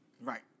Right